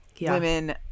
women